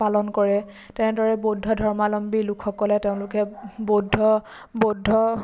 পালন কৰে তেনেদৰে বৌদ্ধ ধৰ্মালম্বী লোকসকলে তেওঁলোকে বৌদ্ধ বৌদ্ধ